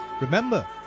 remember